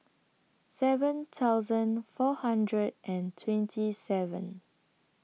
seven thousand four hundred and twenty seven